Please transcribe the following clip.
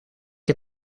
heb